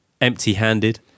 empty-handed